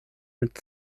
mit